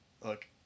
look